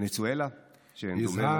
בוונצואלה שאין דומה לה?